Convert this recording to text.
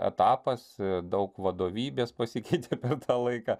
etapas daug vadovybės pasikeitė per tą laiką